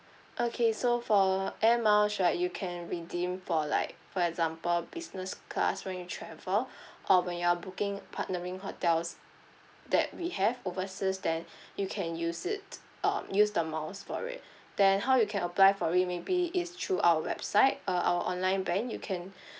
okay so for air miles right you can redeem for like for example business class when you travel or when you are booking partnering hotels that we have overseas then you can use it um use the miles for it then how you can apply for it maybe it's through our website uh our online bank you can